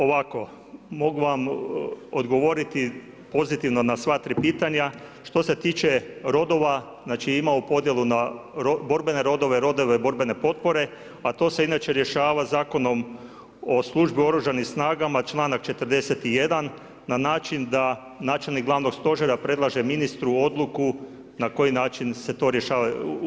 Ovako, mogu vam odgovoriti pozitivno na sva tri pitanja. što se tiče rodova znači imamo podjelu na borbene rodove, rodove borbene potpore, a to se inače rješava Zakonom o službeni u Oružanim snagama članak 41. na način da načelnik Glavnog stožera predlaže ministru odluku na koji način se to rješava.